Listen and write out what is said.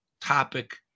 topic